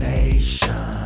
Nation